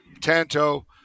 Tanto